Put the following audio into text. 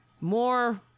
more